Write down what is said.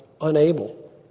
unable